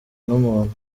n’umuntu